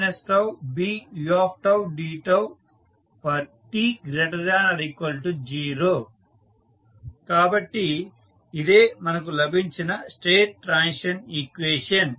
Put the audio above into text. slide సమయం చూడండి 1533 కాబట్టి ఇదే మనకు లభించిన స్టేట్ ట్రాన్సిషన్ ఈక్వేషన్